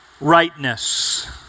rightness